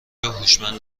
هوشمند